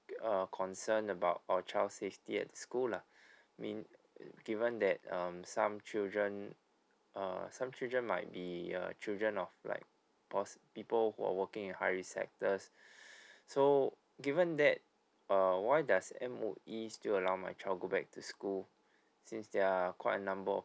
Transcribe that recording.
uh concern about our child's safety at school lah I mean given that um some children uh some children might be a children of like posi~ people who are working in high risk sectors so given that err why does M_O_E still allow my child go back to school since there are quite a number of